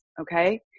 Okay